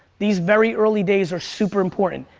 these very early days are super important.